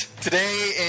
Today